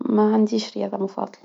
معنديش رياضة مفضلة